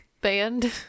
band